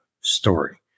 story